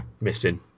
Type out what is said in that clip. missing